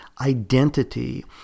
identity